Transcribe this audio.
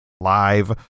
live